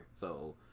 So-